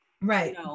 right